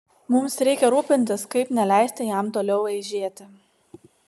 mums reikia rūpintis kaip neleisti jam toliau eižėti